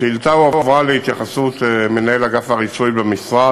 השאילתה הועברה להתייחסות מנהל אגף הרישוי במשרד,